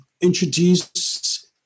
introduce